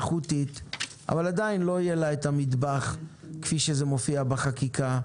איכותית אבל עדיין שלא יהיה לה את המטבח כפי שזה מופיע בחקיקה,